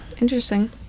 Interesting